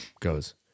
goes